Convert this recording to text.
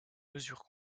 mesures